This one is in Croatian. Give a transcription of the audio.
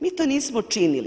Mi to nismo činili.